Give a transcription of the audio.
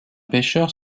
pêcheurs